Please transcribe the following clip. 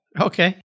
Okay